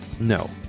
No